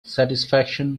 satisfaction